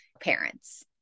parents